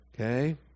Okay